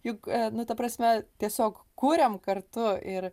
juk nu ta prasme tiesiog kuriam kartu ir